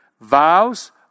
Vows